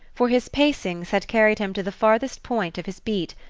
for his pacings had carried him to the farthest point of his beat,